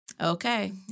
Okay